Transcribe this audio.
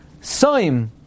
soim